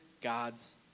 God's